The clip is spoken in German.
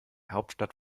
hauptstadt